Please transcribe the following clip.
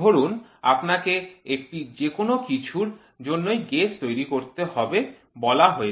ধরুন আপনাকে একটি যেকোনো কিছুর জন্যই গেজ তৈরি করতে হবে বলা হয়েছে